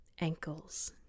ankles